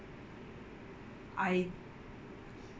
I